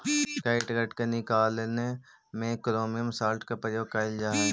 catgut के निकालने में क्रोमियम सॉल्ट के प्रयोग कइल जा हई